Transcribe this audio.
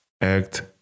act